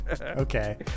Okay